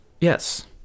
Yes